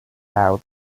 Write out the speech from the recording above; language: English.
out